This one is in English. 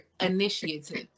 initiative